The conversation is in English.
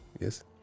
yes